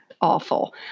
awful